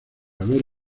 haber